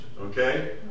Okay